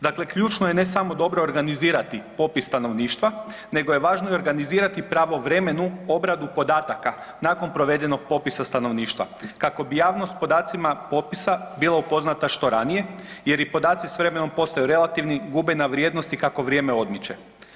Dakle, ključno je ne samo dobro organizirati popis stanovništva nego je važno i organizirati pravovremenu obradu podataka nakon provedenog popisa stanovništva kako bi javnost s podacima popisa bila upoznata što ranije jer i podaci s vremenom postaju relativni, gube na vrijednosti kako vrijeme odmiče.